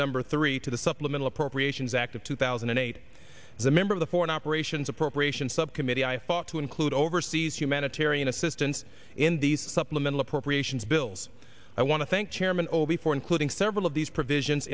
number three to the supplemental appropriations act of two thousand and eight as a member of the foreign operations appropriations subcommittee i thought to include overseas humanitarian assistance in the supplemental appropriations bills i want to thank chairman obie for including several of these provisions